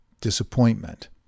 disappointment